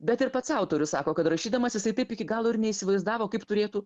bet ir pats autorius sako kad rašydamas jisai taip iki galo ir neįsivaizdavo kaip turėtų